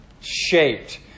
shaped